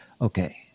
okay